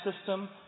system